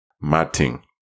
matting